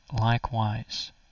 likewise